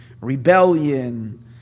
rebellion